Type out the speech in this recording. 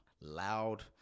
loud